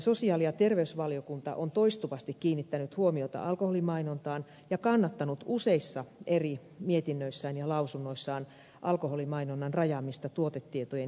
sosiaali ja terveysvaliokunta on toistuvasti kiinnittänyt huomiota alkoholimainontaan ja kannattanut useissa eri mietinnöissään ja lausunnoissaan alkoholimainonnan rajaamista tuotetietojen esittämiseen